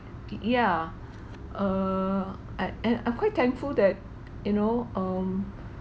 yeah err at and uh quite thankful that you know um